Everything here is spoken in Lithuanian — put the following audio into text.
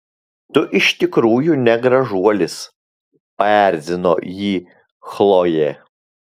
tu iš tikrųjų ne gražuolis paerzino jį chlojė